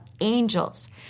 angels